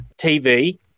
TV